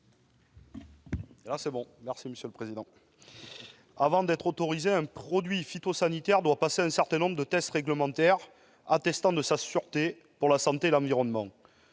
Avant d'être autorisé, un produit phytosanitaire doit passer un certain nombre de tests réglementaires attestant de sa sûreté pour la santé et l'environnement.